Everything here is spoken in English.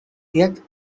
yet